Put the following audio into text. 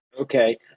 okay